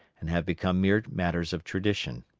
and have become mere matters of tradition.